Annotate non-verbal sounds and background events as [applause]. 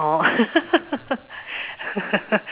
orh [laughs]